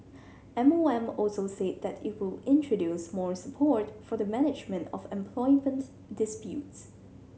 M O M also said that it will introduce more support for the management of employment disputes